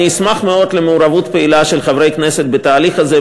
אני אשמח מאוד למעורבות פעילה של חברי כנסת בתהליך הזה,